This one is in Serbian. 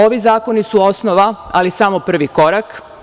Ovi zakoni su osnova, ali samo prvi korak.